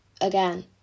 again